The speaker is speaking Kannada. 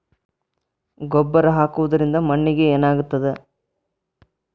ಗೊಬ್ಬರ ಹಾಕುವುದರಿಂದ ಮಣ್ಣಿಗೆ ಏನಾಗ್ತದ?